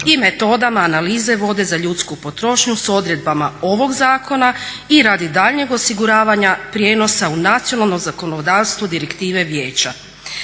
i metodama analize vode za ljudsku potrošnju s odredbama ovog zakona i radi daljnjeg osiguravanja prijenosa u nacionalno zakonodavstvo direktive Vijeća.